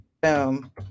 Boom